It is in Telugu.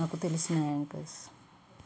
నాకు తెలిసిన యాంకర్స్